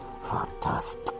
fantastic